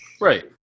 Right